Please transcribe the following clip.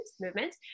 movement